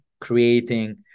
creating